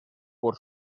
por